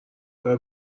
کار